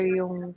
yung